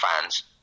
fans